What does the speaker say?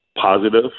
positive